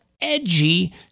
Edgy